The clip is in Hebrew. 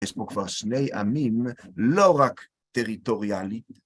יש פה כבר שני עמים, לא רק טריטוריאלית.